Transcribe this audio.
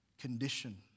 condition